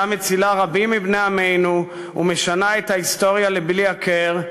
מצילה רבים מבני עמנו ומשנה את ההיסטוריה לבלי הכר,